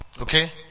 Okay